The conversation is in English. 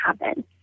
happen